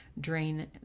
drain